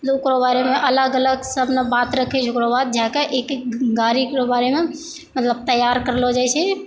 ओकरा बारेमे अलग अलग सब अपना बात रखै छै ओकराबाद जा कए एक एक गाड़ीके बारेमे मतलब तैयार करलऽ जाइ छै